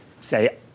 say